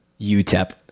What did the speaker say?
UTEP